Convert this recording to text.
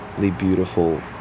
beautiful